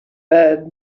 bed